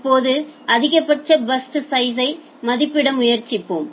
இப்போது அதிகபட்ச burst size யை மதிப்பிட முயற்சிப்போம்